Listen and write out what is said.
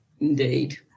Indeed